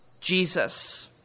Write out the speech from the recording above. Jesus